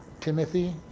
Timothy